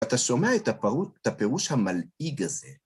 אתה שומע את הפירוש המלעיג הזה...